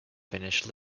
finnish